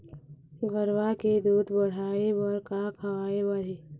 गरवा के दूध बढ़ाये बर का खवाए बर हे?